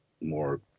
more